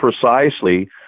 precisely